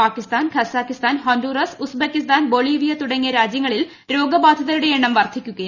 Pakistan Kazakhstan Honduras Uzbekistan Bolivia തുടങ്ങിയ രാജ്യങ്ങളിൽ രോഗബാധിതരുടെ എണ്ണം വർദ്ധിക്കുകയാണ്